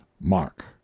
mark